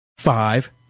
Five